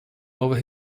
over